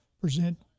present